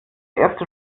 erste